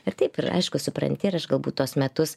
ir taip ir aišku supranti ir aš galbūt tuos metus